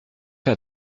fait